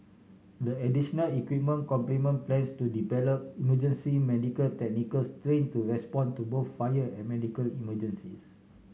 the additional equipment complement plans to deploy emergency medical technicians train to respond to both fire and medical emergencies